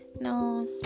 no